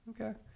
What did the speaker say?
okay